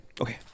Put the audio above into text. Okay